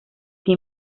que